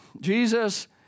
Jesus